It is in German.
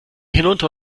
hinunter